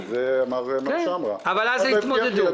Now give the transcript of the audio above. כפי שאמר מר שמרה --- אבל אז יתמודדו.